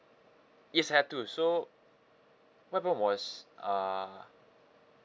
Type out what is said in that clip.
yes I have to so what happened was uh